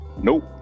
Nope